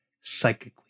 psychically